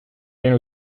viene